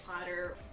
Potter